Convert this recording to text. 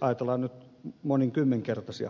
ajatellaan nyt esimerkiksi monikymmenkertaisia tuloja